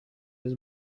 jis